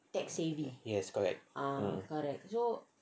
yes correct